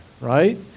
right